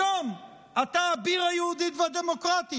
פתאום אתה אביר "היהודית והדמוקרטית".